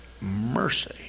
mercy